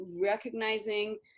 recognizing